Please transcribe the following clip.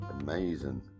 amazing